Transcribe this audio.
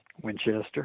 Winchester